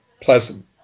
pleasant